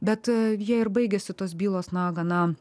bet jie ir baigėsi tos bylos na gana